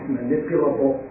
manipulable